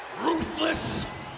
Ruthless